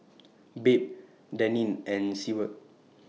Babe Daneen and Seward